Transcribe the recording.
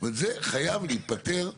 זה חייב להיפתר.